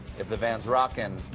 if the van's rockin',